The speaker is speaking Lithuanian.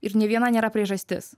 ir nei viena nėra priežastis